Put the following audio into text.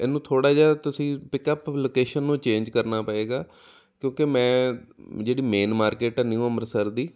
ਇਹਨੂੰ ਥੋੜ੍ਹਾ ਜਿਹਾ ਤੁਸੀਂ ਪਿੱਕਅਪ ਲੋਕੇਸ਼ਨ ਨੂੰ ਚੇਂਜ ਕਰਨਾ ਪਵੇਗਾ ਕਿਉਂਕਿ ਮੈਂ ਜਿਹੜੀ ਮੇਨ ਮਾਰਕੀਟ ਹੈ ਨਿਊ ਅੰਮ੍ਰਿਤਸਰ ਦੀ